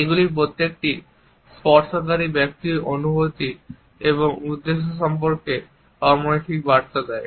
এগুলির প্রত্যেকটি স্পর্শকারী ব্যক্তির অনুভূতি এবং উদ্দেশ্য সম্পর্কে অমৌখিক বার্তা দেয়